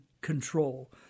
control